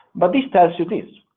but this tells you this.